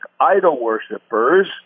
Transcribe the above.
idol-worshippers